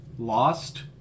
Lost